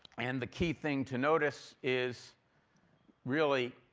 and the key thing to notice is really